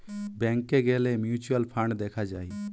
ব্যাংকে গ্যালে mutual fund দেখা যায়